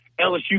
LSU